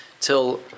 till